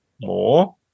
more